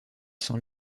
sans